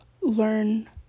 learn